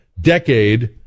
decade